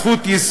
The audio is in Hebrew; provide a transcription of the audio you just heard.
זאת זכות יסוד,